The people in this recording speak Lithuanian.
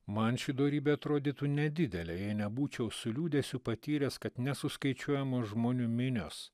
man ši dorybė atrodytų nedidelė jei nebūčiau su liūdesiu patyręs kad nesuskaičiuojamos žmonių minios